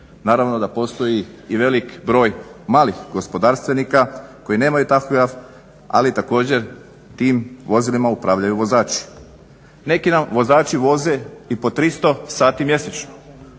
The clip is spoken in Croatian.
Naravno da postoji i velik broj malih gospodarstvenika koji nemaju tahograf ali također tim vozilima upravljaju vozači. Neki nam vozači voze i po 300 sati mjesečno.